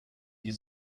die